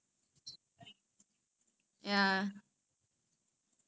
ya they really don't care [one] you know like just leave in their own time